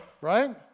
right